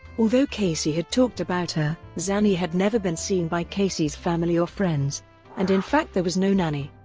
although casey had talked about her, zanny had never been seen by casey's family or friends and in fact there was no nanny.